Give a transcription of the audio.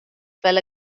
fel